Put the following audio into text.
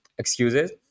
excuses